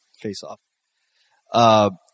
face-off